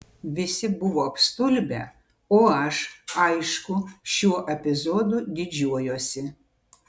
visi buvo apstulbę o aš aišku šiuo epizodu didžiuojuosi